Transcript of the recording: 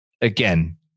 again